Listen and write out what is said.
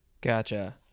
Gotcha